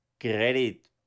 credit